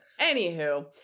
Anywho